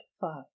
five